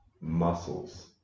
muscles